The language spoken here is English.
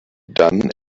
done